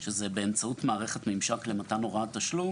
שזה באמצעות מערכת ממשק למתן הוראת תשלום,